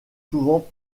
souvent